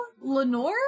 Lenore